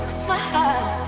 smile